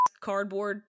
cardboard